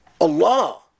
Allah